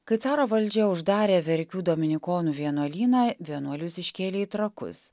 kai caro valdžia uždarė verkių dominikonų vienuolyną vienuolius iškėlė į trakus